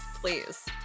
please